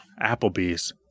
Applebee's